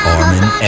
Armin